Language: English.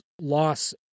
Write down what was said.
loss